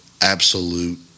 absolute